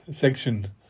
section